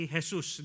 Jesus